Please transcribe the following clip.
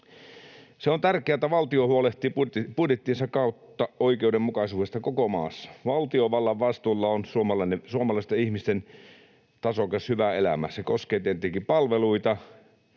Se on tärkeää, että valtio huolehtii budjettinsa kautta oikeudenmukaisuudesta koko maassa. Valtiovallan vastuulla on suomalaisten ihmisten tasokas, hyvä elämä. Se koskee tietenkin palveluita,